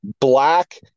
black